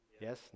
Yes